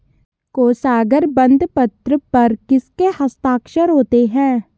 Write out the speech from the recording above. कोशागार बंदपत्र पर किसके हस्ताक्षर होते हैं?